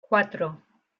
cuatro